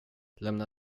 lämna